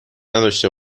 نداشته